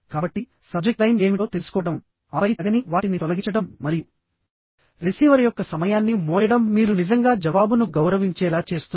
కాబట్టిసబ్జెక్ట్ line ఏమిటో తెలుసుకోవడం ఆపై తగని వాటిని తొలగించడం మరియు రిసీవర్ యొక్క సమయాన్ని మోయడం మీరు నిజంగా జవాబును గౌరవించేలా చేస్తుంది